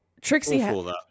Trixie